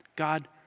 God